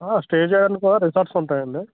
stay చేయడానికి కూడా resorts ఉంటాయి అండి